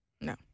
No